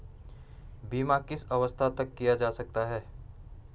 बीमा किस अवस्था तक किया जा सकता है?